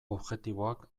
objektiboak